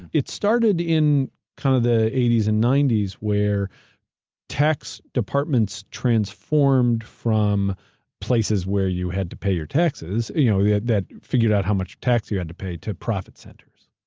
it started in kind of the eighties and nineties where tax departments transformed from places where you had to pay your taxes you know yeah that figured out how much tax you had to pay to profit centers.